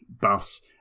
bus